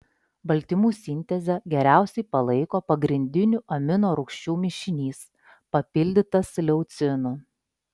baltymų sintezę geriausiai palaiko pagrindinių aminorūgščių mišinys papildytas leucinu